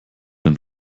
den